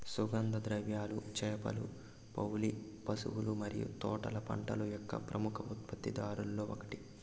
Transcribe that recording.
సుగంధ ద్రవ్యాలు, చేపలు, పౌల్ట్రీ, పశువుల మరియు తోటల పంటల యొక్క ప్రముఖ ఉత్పత్తిదారులలో ఒకటి